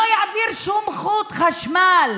שאני מעמידה, לא יעביר שום חוט חשמל.